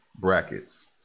brackets